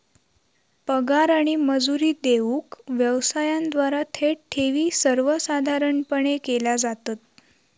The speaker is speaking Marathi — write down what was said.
पगार आणि मजुरी देऊक व्यवसायांद्वारा थेट ठेवी सर्वसाधारणपणे केल्या जातत